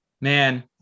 man